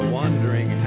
wondering